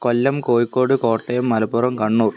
Kollam Kozhikode Kottayam Malappuram Kannur